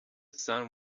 sun